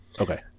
Okay